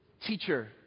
teacher